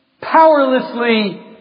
powerlessly